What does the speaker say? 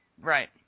Right